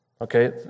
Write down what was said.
Okay